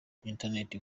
interineti